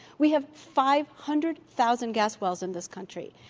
we have five hundred thousand gas wells in this country,